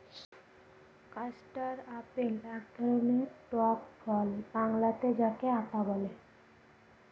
custard apple এক ধরনের টক ফল বাংলাতে যাকে আঁতা বলে